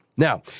Now